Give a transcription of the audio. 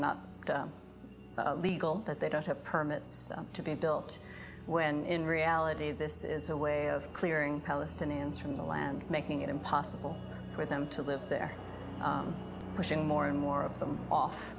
are not legal that they don't have permits to be built when in reality this is a way of clearing palestinians from the land making it impossible for them to live there pushing more and more of them